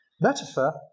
Metaphor